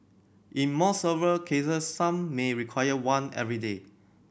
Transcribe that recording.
in more severe cases some may require one every day